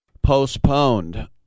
postponed